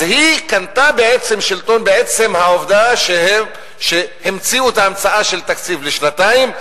אז היא קנתה שלטון בעצם העובדה שהמציאו את ההמצאה של תקציב לשנתיים,